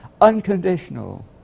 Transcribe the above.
unconditional